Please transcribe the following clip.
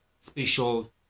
special